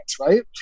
right